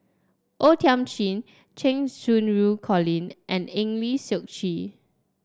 O Thiam Chin Cheng Xinru Colin and Eng Lee Seok Chee